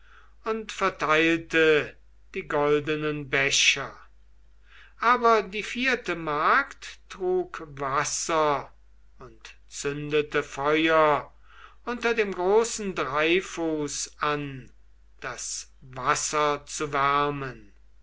und verteilte die goldenen becher aber die vierte magd trug wasser und zündete feuer unter dem großen dreifuß an das wasser zu wärmen